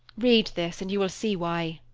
read this, and you will see why.